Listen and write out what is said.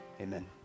Amen